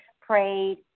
prayed